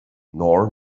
nor